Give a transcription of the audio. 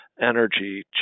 energy